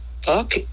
Fuck